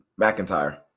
McIntyre